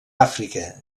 àfrica